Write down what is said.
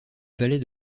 valet